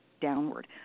downward